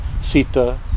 Sita